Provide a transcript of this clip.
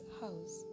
house